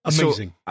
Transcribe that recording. Amazing